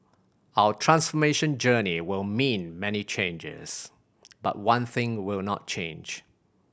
our transformation journey will mean many changes but one thing will not change